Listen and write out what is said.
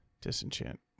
Disenchant